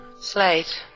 Slate